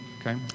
okay